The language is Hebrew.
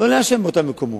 לא לעשן באותם מקומות.